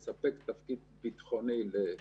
שאנחנו מסתייעים בהם לקדם מסרים ופעילויות כאלו